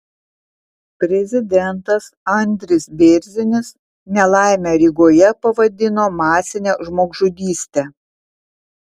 prezidentas andris bėrzinis nelaimę rygoje pavadino masine žmogžudyste